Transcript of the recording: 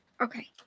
Okay